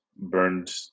burned